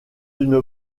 une